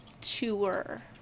tour